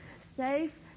Safe